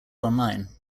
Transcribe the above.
online